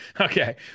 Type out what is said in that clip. Okay